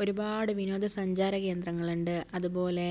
ഒരുപാട് വിനോദസഞ്ചാരകേന്ദ്രങ്ങളുണ്ട് അതുപോലെ